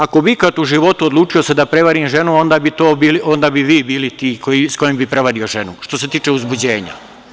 Ako bih se ikad u životu odlučio da prevarim ženu, onda bi vi bili ti sa kojim bih prevario ženu, što se tiče uzbuđenja.